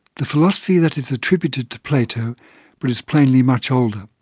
the philosophy that is attributed to plato but is plainly much older.